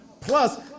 Plus